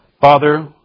Father